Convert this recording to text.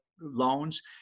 loans